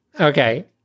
Okay